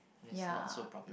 ya